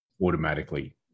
automatically